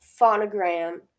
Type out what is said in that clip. phonogram